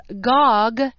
Gog